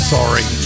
Sorry